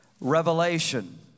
Revelation